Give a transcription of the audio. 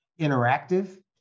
interactive